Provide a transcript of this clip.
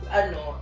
ano